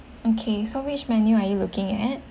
okay so which menu are you looking at